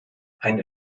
eine